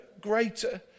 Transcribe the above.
greater